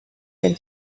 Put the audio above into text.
del